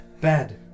Bad